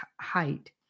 height